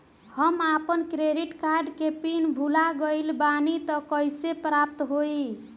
हम आपन credit card के पिन भुला गइल बानी त कइसे प्राप्त होई?